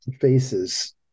faces